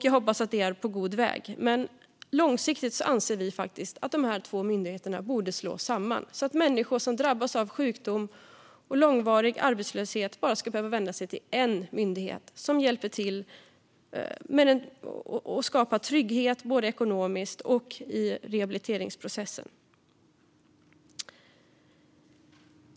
Jag hoppas att det är på god väg, men långsiktigt anser vi faktiskt att de två myndigheterna borde slås samman, så att människor som drabbas av sjukdom och långvarig arbetslöshet bara ska behöva vända sig till en myndighet. Den kan då hjälpa till med att skapa trygghet både ekonomiskt och i rehabiliteringsprocessen.